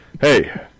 Hey